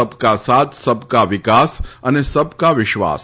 સબકા સાથ સબકા વિકાસ અને સબકા વિશ્વાસ